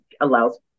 allows